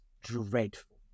dreadful